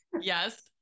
yes